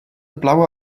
blaue